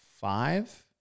five